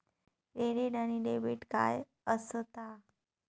Credit आणि debit काय असता?